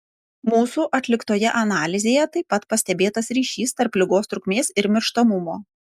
mūsų atliktoje analizėje taip pat pastebėtas ryšys tarp ligos trukmės ir mirštamumo